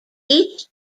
each